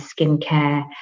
skincare